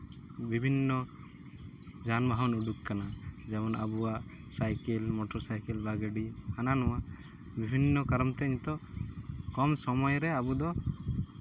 ᱵᱤᱵᱷᱤᱱᱱᱚ ᱡᱟᱱᱵᱟᱦᱚᱱ ᱩᱰᱩᱠ ᱟᱠᱟᱱᱟ ᱡᱮᱢᱚᱱ ᱟᱵᱚᱣᱟᱜ ᱥᱟᱭᱠᱮᱞ ᱢᱳᱴᱚᱨᱼᱥᱟᱭᱠᱮᱞ ᱵᱟ ᱜᱟᱹᱰᱤ ᱦᱟᱱᱟ ᱱᱚᱣᱟ ᱵᱤᱵᱷᱤᱱᱱᱚ ᱠᱟᱨᱚᱱ ᱛᱮ ᱱᱤᱛᱚᱜ ᱠᱚᱢ ᱥᱚᱢᱚᱭ ᱨᱮ ᱟᱵᱚ ᱫᱚ